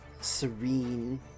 Serene